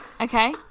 okay